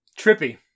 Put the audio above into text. trippy